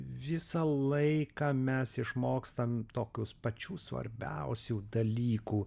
visą laiką mes išmokstam tokios pačių svarbiausių dalykų